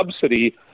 subsidy